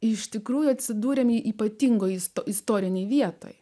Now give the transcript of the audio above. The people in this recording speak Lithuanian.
iš tikrųjų atsidūrėme ypatingoje miesto istorinėje vietoje